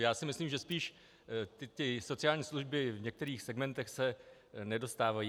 Já si myslím, že spíš sociální služby v některých segmentech se nedostávají.